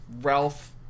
Ralph